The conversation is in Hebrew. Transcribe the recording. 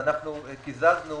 קיזזנו